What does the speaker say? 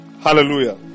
Hallelujah